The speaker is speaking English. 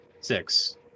Six